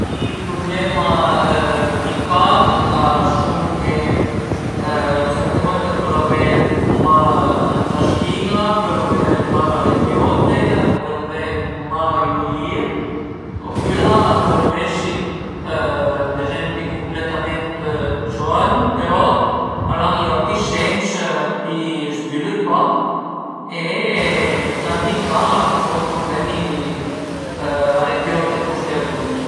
I prublema di can a sun che certe volte a pölu avé mal ën la schin-a, a pölu avé mal a le piote a pölu avé mal a le urìe u a pölu esi ad ezempi cumpletament ciorgn però a i an i autri sens pi svilüpà e tanti can al co dë prublemi a le piote pusteriur